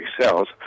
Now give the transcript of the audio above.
cells